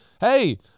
hey